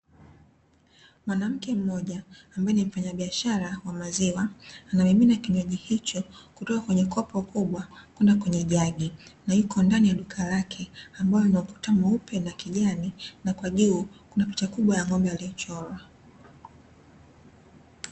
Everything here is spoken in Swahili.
Mwanamke mmoja, ambaye ni mfanyabiashara wa maziwa, anamimina kinywaji hicho kutoka kwenye kopo kubwa kwenda kwenye jagi, na yuko ndani ya duka lake, ambapo kuna ukuta mweupe na kijani na kwa juu kuna picha kubwa ya ng'ombe aliyechorwa.